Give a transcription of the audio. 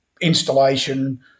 installation